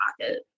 pocket